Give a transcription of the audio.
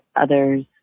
others